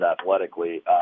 athletically